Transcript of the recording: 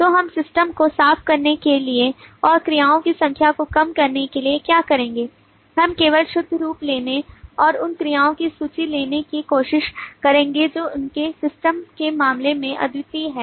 तो हम सिस्टम को साफ करने के लिए और क्रियाओं की संख्या को कम करने के लिए क्या करेंगे हम केवल शुद्ध रूप लेने और उन क्रियाओं की सूची लेने की कोशिश करेंगे जो उनके स्टेम के मामले में अद्वितीय हैं